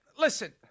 listen